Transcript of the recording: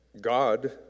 God